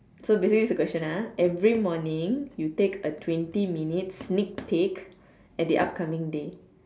so basically this is the question ah every morning you take a twenty minutes sneak peak at the upcoming day